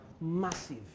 Massive